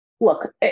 look